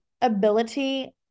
ability